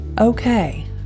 Okay